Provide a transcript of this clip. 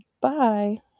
bye